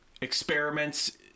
experiments